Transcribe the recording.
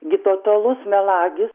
gi totalus melagis